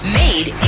made